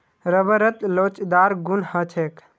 रबरत लोचदार गुण ह छेक